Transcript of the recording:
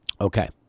okay